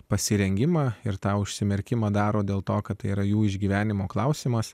pasirengimą ir tau užsimerkiama daro dėl to kad tai yra jų išgyvenimo klausimas